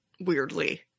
weirdly